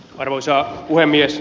arvoisa puhemies